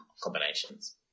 combinations